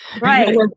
Right